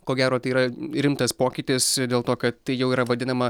ko gero tai yra rimtas pokytis dėl to kad tai jau yra vadinama